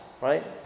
right